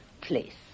place